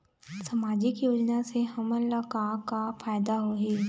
सामाजिक योजना से हमन ला का का फायदा होही?